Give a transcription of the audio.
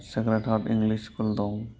Sacred Heart English School दं